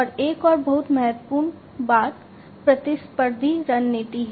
और एक और बहुत महत्वपूर्ण बात प्रतिस्पर्धी रणनीति है